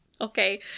Okay